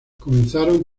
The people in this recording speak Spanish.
comenzaron